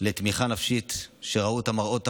לתמיכה נפשית, שראו את המראות האיומים,